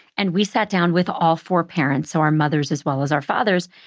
and we sat down with all four parents, so our mothers as well as our fathers,